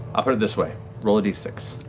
i'll put it this way roll a d six,